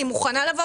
תודה